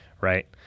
Right